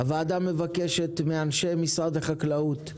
הוועדה מבקשת מאנשי משרד החקלאות,